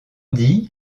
dit